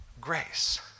grace